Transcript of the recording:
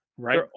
Right